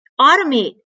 automate